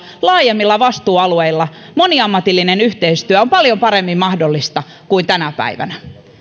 laajemmat vastuualueet joissa moniammatillinen yhteistyö on paljon paremmin mahdollista kuin tänä päivänä